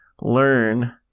learn